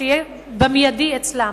שיהיה במיידי אצלם.